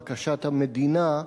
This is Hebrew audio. בקשת המדינה,